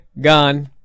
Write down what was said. gone